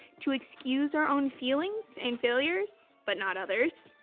to excuse our own feelings and failures, but not others',